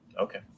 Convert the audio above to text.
Okay